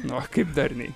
nu va kaip darniai